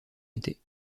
été